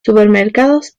supermercados